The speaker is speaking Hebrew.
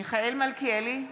מיכאל מלכיאלי,